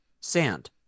Sand